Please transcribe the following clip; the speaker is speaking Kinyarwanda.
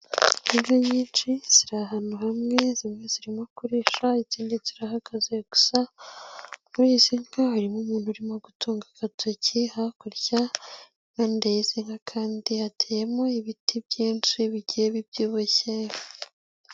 Inka nyinshi ziri ahantu hamwe, zimwe zirimo kurisha izindi zirahagaze, gusa muri izi nka harimo umuntu urimo gutunga agatoki, hakurya impande y'izi nka kandi hateyemo ibiti byinshi bigiye bibyibushye.